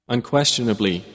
Unquestionably